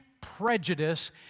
prejudice